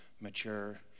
mature